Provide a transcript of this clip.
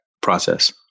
process